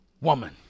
woman